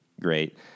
great